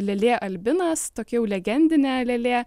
lėlė albinas tokia jau legendinė lėlė